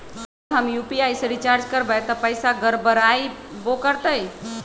अगर हम यू.पी.आई से रिचार्ज करबै त पैसा गड़बड़ाई वो करतई?